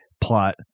plot